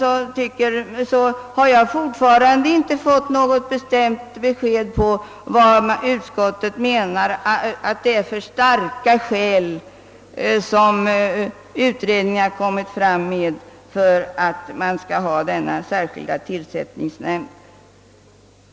Jag har fortfarande inte fått något bestämt besked om vad utskottet menar att det är för starka skäl som utredningen har lagt fram för att man skall ha en särskild tillsättningsnämnd.